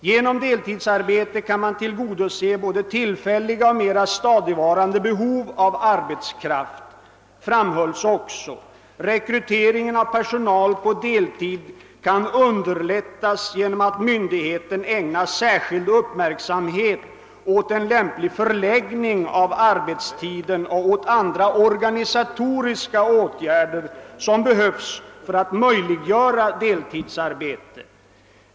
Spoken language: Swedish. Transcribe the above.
Genom deltidsarbete kan man tillgodose både tillfälliga och mera stadigvarande be hov av arbetskraft. Rekryteringen av personal på deltid kan underlättas ge. om att myndigheten ägnar särskild uppmärksamhet åt en lämplig förläggning av arbetstiden och åt andra organisatoriska åtgärder som behövs för att möjliggöra deltidsarbete.